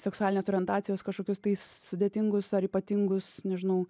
seksualinės orientacijos kažkokius tai sudėtingus ar ypatingus nežinau